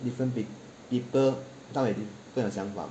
different pe~ people come with different 想法